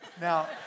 now